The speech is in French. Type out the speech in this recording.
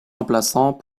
remplaçant